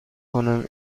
کنم